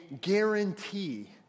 guarantee